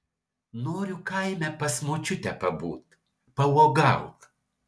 noriu kaime pas močiutę pabūt pauogaut